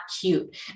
cute